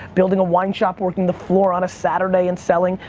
building a wine shop, working the floor on a saturday and selling.